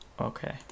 Okay